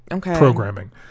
programming